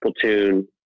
platoon